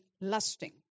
lusting